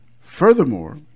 Furthermore